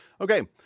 Okay